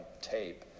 tape